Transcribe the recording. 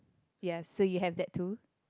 yes so you have that too